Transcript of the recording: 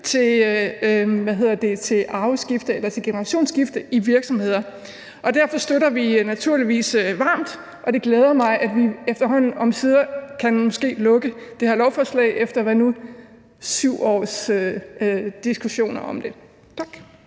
til generationsskifte i virksomheder. Derfor støtter vi det naturligvis varmt, og det glæder mig, at vi efterhånden omsider måske kan lukke det her lovforslag efter 7 års diskussioner om det. Tak.